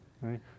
right